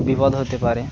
বিপদ হতে পারে